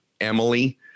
Emily